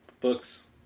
books